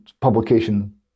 publication